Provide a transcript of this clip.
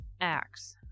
Acts